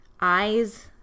eyes